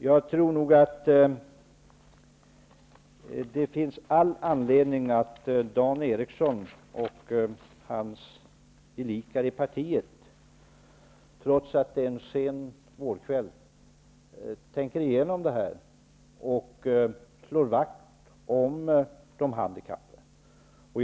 Jag tror att det finns all anledning för Dan Eriksson och hans gelikar i partiet, trots att det är en sen vårkväll, att tänka igenom det här och slå vakt om de handikappade.